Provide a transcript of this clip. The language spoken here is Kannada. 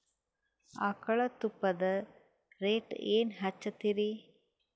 ಆಕಳ ತುಪ್ಪದ ರೇಟ್ ಏನ ಹಚ್ಚತೀರಿ?